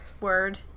word